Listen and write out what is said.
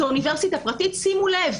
זאת אוניברסיטה פרטית ושימו לב,